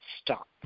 stop